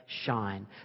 shine